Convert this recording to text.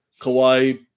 Kawhi